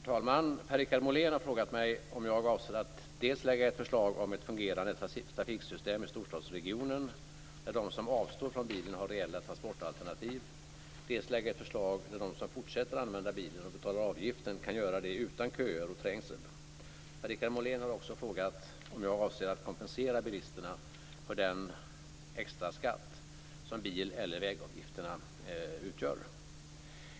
Herr talman! Per-Richard Molén har frågat mig om jag avser att dels lägga ett förslag om ett fungerande trafiksystem i storstadsregionen där de som avstår från bilen har reella transportalternativ, dels lägga ett förslag där de som fortsätter använda bilen och betalar avgiften kan göra det utan köer och trängsel. Per-Richard Molén har också frågat om jag avser att kompensera bilisterna för den "extraskatt" som bil eller vägavgifterna utgör.